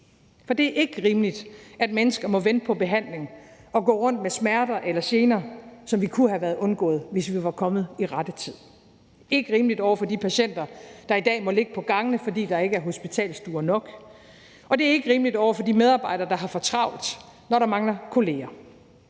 For det er ikke rimeligt, at mennesker må vente på behandling og gå rundt med smerter eller gener, som kunne have været undgået, hvis man var kommet i rette tid. Det er ikke rimeligt over for de patienter, der i dag må ligge på gangene, fordi der ikke er hospitalsstuer nok, og det er heller ikke rimeligt over for de medarbejdere, der har for travlt, når der mangler kolleger.